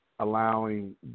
allowing